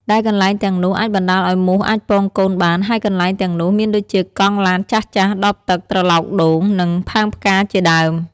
ដែលកន្លែងទាំងនោះ អាចបណ្ដាលឲ្យមូសអាចពងកូនបាន ហើយកន្លែងទាំងនោះមានដូចជាកង់ឡានចាស់ៗ ដបទឹក ត្រឡោកដូង និងផើងផ្កាជាដើម។